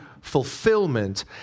fulfillment